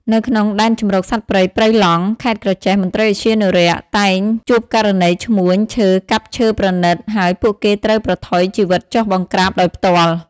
នៅក្នុង ដែនជម្រកសត្វព្រៃព្រៃឡង់ ខេត្តក្រចេះ មន្ត្រីឧទ្យានុរក្សតែងជួបករណីឈ្មួញឈើកាប់ឈើប្រណីត ហើយពួកគេត្រូវប្រថុយជីវិតចុះបង្ក្រាបដោយផ្ទាល់។